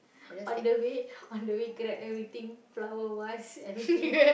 on the way on the way grab everything flower vase everything